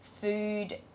food